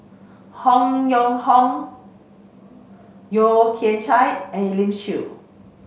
Hong Yong Hong Yeo Kian Chai and Elim Chew